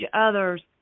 others